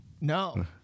No